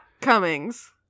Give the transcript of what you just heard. Cummings